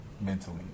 mentally